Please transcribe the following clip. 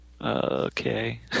Okay